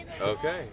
Okay